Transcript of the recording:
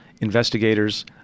investigators